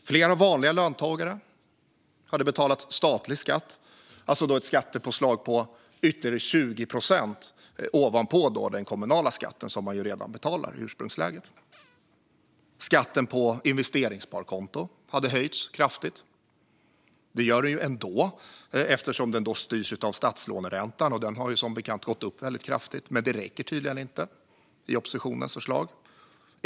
Fler vanliga löntagare hade betalat statlig skatt, alltså ett skattepåslag på ytterligare 20 procent ovanpå den kommunala skatt som man redan betalar. Skatten på investeringssparkonto hade höjts kraftigt. Den gör den ändå, eftersom den styrs av statslåneräntan, vilken som bekant gått upp kraftigt, men det räcker tydligen inte i oppositionens förslag.